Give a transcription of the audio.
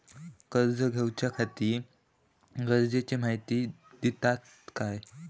कर्ज घेऊच्याखाती गरजेची माहिती दितात काय?